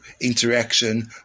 interaction